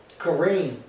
Kareem